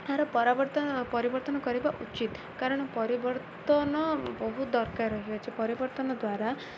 ଏହାର ପରିବର୍ତ୍ତନ କରିବା ଉଚିତ କାରଣ ପରିବର୍ତ୍ତନ ବହୁତ ଦରକାର ରହିଅଛି ପରିବର୍ତ୍ତନ ଦ୍ୱାରା